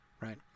right